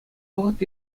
вӑхӑт